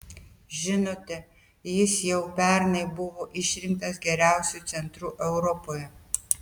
žinote jis jau pernai buvo išrinktas geriausiu centru europoje